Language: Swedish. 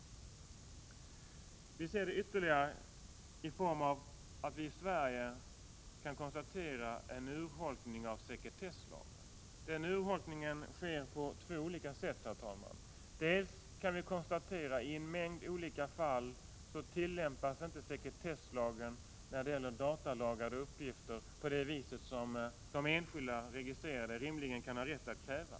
Vi ser denna underminering ytterligare genom att vi i Sverige kan konstatera en urholkning av sekretesslagen. Den urholkningen sker på två olika sätt, herr talman. Vi kan konstatera att i en mängd olika fall som gäller datalagrade uppgifter tillämpas inte sekretesslagen på det sätt som de enskilda registrerade rimligen kan ha rätt att kräva.